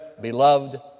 beloved